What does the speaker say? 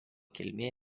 kilmė